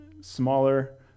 smaller